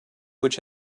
which